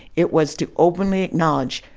it was to openly acknowledge,